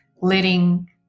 letting